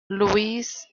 louise